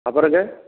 அப்புறங்க